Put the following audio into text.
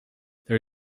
there